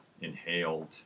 inhaled